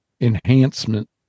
Enhancement